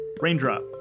Raindrop